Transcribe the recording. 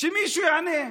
שמישהו יענה.